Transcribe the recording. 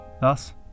Thus